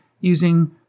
using